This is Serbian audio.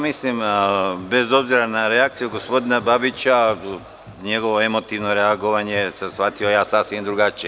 Mislim, bez obzira na reakciju gospodina Babića, njegovo emotivno reagovanje sam shvatio sasvim drugačije.